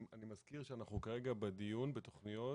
אני מזכיר שאנחנו כרגע בדיון בתכניות